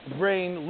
brain